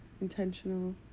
intentional